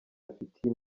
afitiye